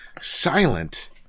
silent